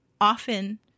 often